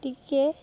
ଟିକେ